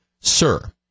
sir